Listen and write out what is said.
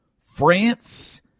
France